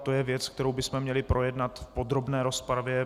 To je věc, kterou bychom měli projednat v podrobné rozpravě.